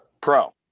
Pro